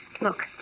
Look